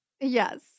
Yes